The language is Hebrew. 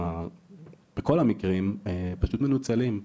בכל המקרים הם פשוט מנוצלים,